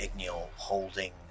holding